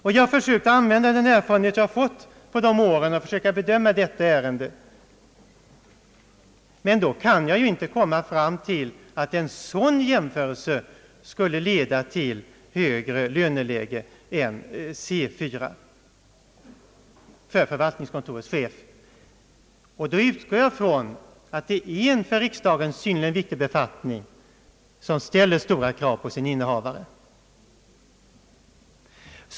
Jag har försökt använda den erfarenhet jag fått under de åren för att bedöma detta ärende. Men jag kan inte finna att en sådan jämförelse skulle leda till högre löneläge än C 4 för för valtningskontorets chef. Då utgår jag från att det är en för riksdagen synnerligen viktig befattning, som ställer stora krav på sin innehavare.